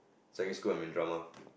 secondary school I'm in drama